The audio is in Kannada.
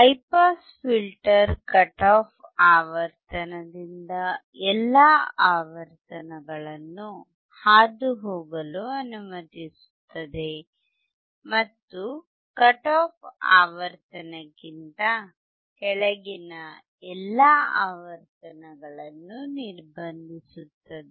high pass filter cut off ಆವರ್ತನದಿಂದ ಎಲ್ಲಾ ಆವರ್ತನಗಳನ್ನು ಹಾದುಹೋಗಲು ಅನುಮತಿಸುತ್ತದೆ ಮತ್ತು ಕಟ್ ಆಫ್ ಆವರ್ತನಕ್ಕಿಂತ ಕೆಳಗಿನ ಎಲ್ಲಾ ಆವರ್ತನಗಳನ್ನು ನಿರ್ಬಂಧಿಸುತ್ತದೆ